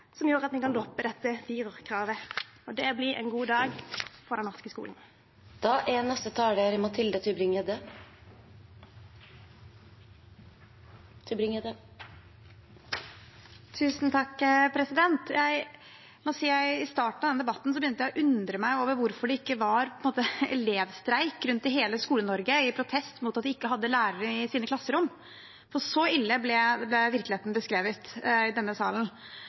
som gjør at vi kan droppe dette firerkravet. Det blir en god dag for den norske skolen. I starten av denne debatten begynte jeg å undre meg over hvorfor det ikke var elevstreik rundt i hele Skole-Norge i protest mot at de ikke hadde lærere i sine klasserom, for så ille ble virkeligheten beskrevet i denne salen.